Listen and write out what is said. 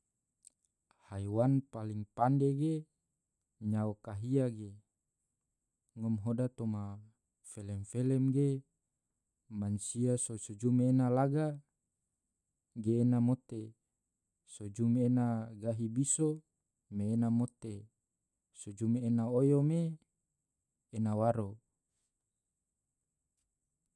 haiwan paling pande ge nyao kahia ge, ngom hoda toma felem-felem ge mansia so jum ena laga masagu ge ena mote, so jum ena gahi biso me ena mote, so jum ena oyo me ena waro.